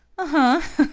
but